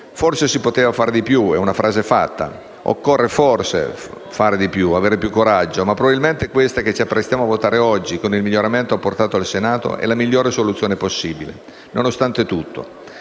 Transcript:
Forse si poteva fare di più: è una frase fatta. Occorre, forse, fare di più con più coraggio, ma probabilmente questa che ci apprestiamo a votare oggi, con il miglioramento apportato in Senato, è la migliore soluzione possibile, nonostante tutto.